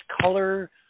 color